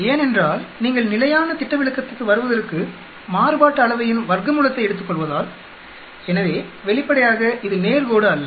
ஏனென்றால் நீங்கள் நிலையான திட்டவிலக்கத்துக்கு வருவதற்கு மாறுபாட்டு அளவையின் வர்க்கமூலத்தை எடுத்துக்கொள்வதால் எனவே வெளிப்படையாகஇது நேர்கோடு அல்ல